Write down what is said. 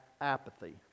apathy